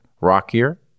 rockier